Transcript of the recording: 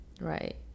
right